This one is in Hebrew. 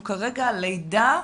נכון.